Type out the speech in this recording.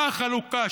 מה החלוקה?